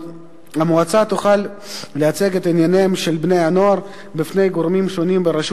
המועצה תוכל לייצג את ענייניהם של בני-הנוער בפני גורמים שונים ברשות